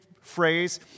phrase